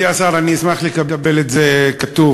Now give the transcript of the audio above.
מכובדי השר, אני אשמח לקבל את זה כתוב.